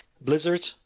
Blizzard